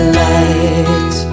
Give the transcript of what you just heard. light